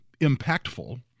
impactful